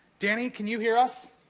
danny, can you hear us?